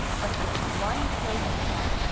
but he had one great thought,